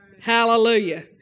Hallelujah